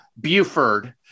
Buford